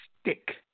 stick